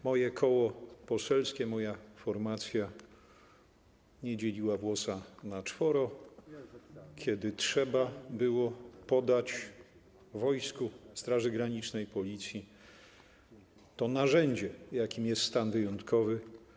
Moje koło poselskie, moja formacja nie dzieliła włosa na czworo, kiedy trzeba było podać wojsku, Straży Granicznej, Policji to narzędzie, jakim jest stan wyjątkowy.